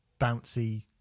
bouncy